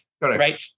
Right